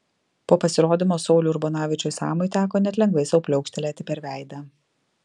po pasirodymo sauliui urbonavičiui samui teko net lengvai sau pliaukštelėti per veidą